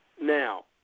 Now